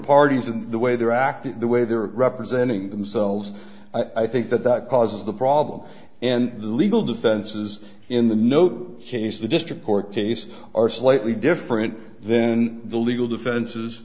parties and the way they're acting the way they're representing themselves i think that that causes the problem and the legal defenses in the note case the district court case are slightly different then the legal defenses